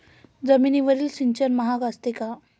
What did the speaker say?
जमिनीवरील सिंचन महाग असते का?